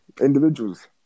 Individuals